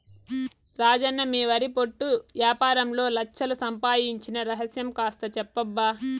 రాజన్న మీ వరి పొట్టు యాపారంలో లచ్ఛలు సంపాయించిన రహస్యం కాస్త చెప్పబ్బా